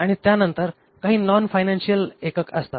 आणि त्यानंतर काही नॉन फायनान्शिअल एकक असतात